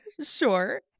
Sure